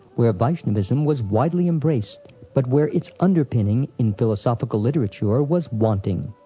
where vaishnavism was widely embraced but where its underpinning in philosophical literature was wanting.